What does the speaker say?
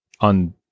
on